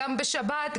גם בשבת,